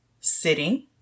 Sitting